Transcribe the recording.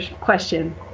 question